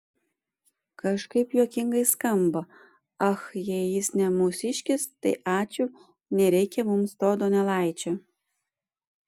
kažkaip juokingai skamba ach jei jis ne mūsiškis tai ačiū nereikia mums to donelaičio